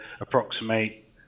approximate